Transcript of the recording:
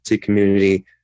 community